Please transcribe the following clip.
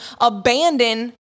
abandon